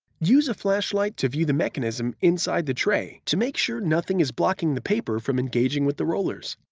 use a flashlight to view the mechanism inside the tray to make sure nothing is blocking the paper from engaging with the rollers.